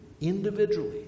individually